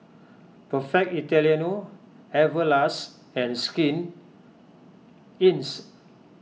Perfect Italiano Everlast and Skin